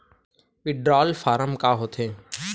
Withdrawal form का होथे?